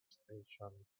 station